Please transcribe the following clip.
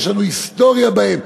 יש לנו היסטוריה בהם,